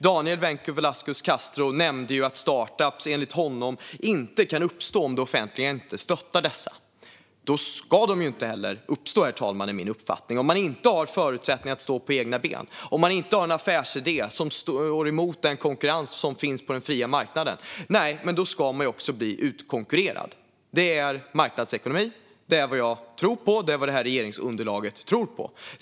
Daniel Vencu Velasquez Castro nämnde att startups enligt honom inte kan uppstå om det offentliga inte stöttar dessa. Då ska de inte heller uppstå, herr talman, är min uppfattning. Om man inte har förutsättning att stå på egna ben, om man inte har en affärsidé som står emot den konkurrens som finns på den fria marknaden, ska man bli utkonkurrerad. Det är marknadsekonomi. Det är vad jag tror på. Det är vad det här regeringsunderlaget tror på.